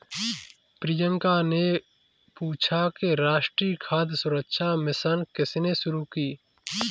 प्रियंका ने पूछा कि राष्ट्रीय खाद्य सुरक्षा मिशन किसने शुरू की?